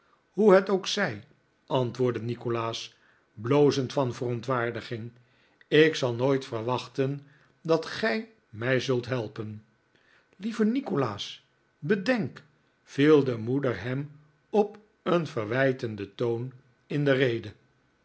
hoe het ook zij antwoordde nikolaas blozend van verontwaardiging ik zal nooit verwachten dat gij mij zult helpen lieve nikolaas bedenk viel de moeder hem op een verwijtenden toon in de rede